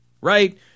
right